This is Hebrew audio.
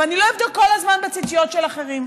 ואני לא אבדוק כל הזמן בציציות של אחרים.